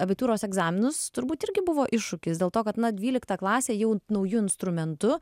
abitūros egzaminus turbūt irgi buvo iššūkis dėl to kad na dvylikta klasė jau nauju instrumentu